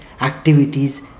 activities